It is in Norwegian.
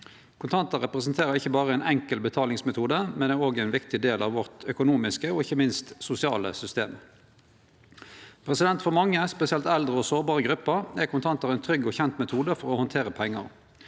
Kontantar representerer ikkje berre ein enkel betalingsmetode, men er òg ein viktig del av vårt økonomiske og ikkje minst sosiale system. For mange, spesielt eldre og sårbare grupper, er kontantar ein trygg og kjent metode for å handtere pengar.